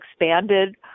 expanded